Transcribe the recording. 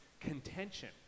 contention